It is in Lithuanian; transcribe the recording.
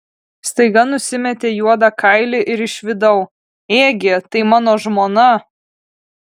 staiga nusimetė juodą kailį ir išvydau ėgi tai mano žmona